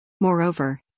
Moreover